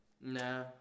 Nah